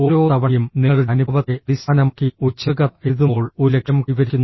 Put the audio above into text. ഓരോ തവണയും നിങ്ങളുടെ അനുഭവത്തെ അടിസ്ഥാനമാക്കി ഒരു ചെറുകഥ എഴുതുമ്പോൾ ഒരു ലക്ഷ്യം കൈവരിക്കുന്നു